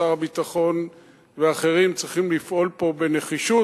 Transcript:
שר הביטחון ואחרים צריכים לפעול פה בנחישות,